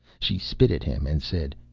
she spit at him and said,